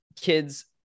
kids